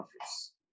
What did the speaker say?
office